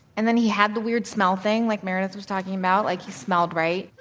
and then he had the weird smell thing, like meredith was talking about, like he smelled right.